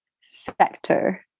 sector